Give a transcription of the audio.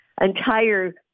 entire